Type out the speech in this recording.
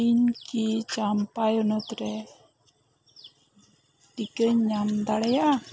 ᱤᱧ ᱠᱤ ᱪᱟᱢᱯᱟᱭ ᱩᱱᱟ ᱛᱨᱮ ᱤᱠᱟ ᱧ ᱧᱟᱢ ᱫᱟᱲᱮᱭᱟᱜᱼᱟ